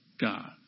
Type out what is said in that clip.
God